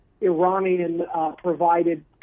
Iranian-provided